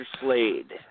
Slade